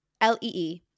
L-E-E